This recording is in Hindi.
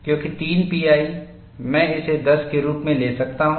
क्योंकि 3 pi मैं इसे 10 के रूप में ले सकता हूं